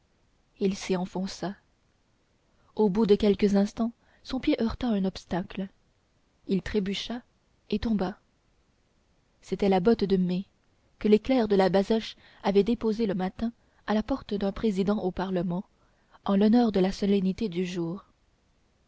il s'y enfonça au bout de quelques instants son pied heurta un obstacle il trébucha et tomba c'était la botte de mai que les clercs de la basoche avaient déposée le matin à la porte d'un président au parlement en l'honneur de la solennité du jour